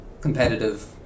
competitive